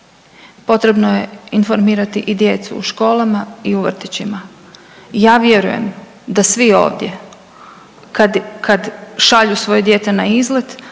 potrebno je informirati i djecu u školama i u vrtićima i ja vjerujem da svi ovdje kad, kad šalju svoje dijete na izlet